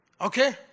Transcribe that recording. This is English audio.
okay